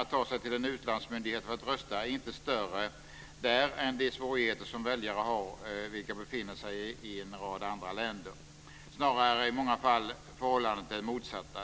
att ta sig till en utlandsmyndighet för att rösta är inte större där än de svårigheter som väljare har vilka befinner sig i en rad andra länder. Snarare är i många fall förhållandet det motsatta.